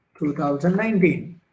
2019